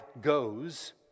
goes